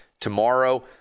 tomorrow